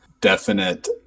definite